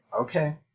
Okay